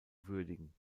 würdigen